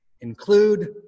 include